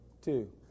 two